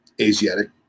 asiatic